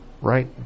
Right